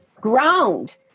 ground